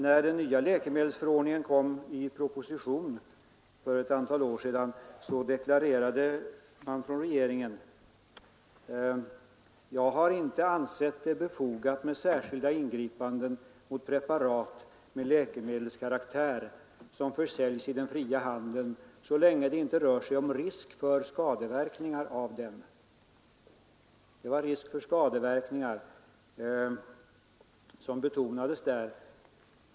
När den nya läkemedelsförordningen förelades riksdagen i en proposition för ett antal år sedan deklarerade man från regeringen att det inte ansågs befogat med särskilda ingripanden mot preparat med läkemedelskaraktär som försäljs i den fria handeln så länge det rör sig om risk för skadeverkningar. Risken för skadeverkningar betonades.